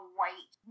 white